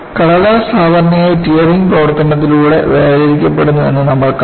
കടലാസ് സാധാരണയായി ടിയറിംഗ് പ്രവർത്തനത്തിലൂടെ വേർതിരിക്കപ്പെടുന്നു എന്ന് നമ്മൾ കണ്ടു